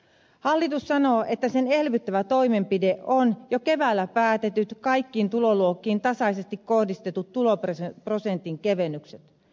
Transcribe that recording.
hallitus sanoo että sen elvyttävä toimenpide on jo keväällä päätetyt kaikkiin tuloluokkiin tasaisesti kohdistetut tuloprosentin kevennykset